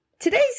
Today's